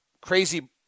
crazy